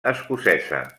escocesa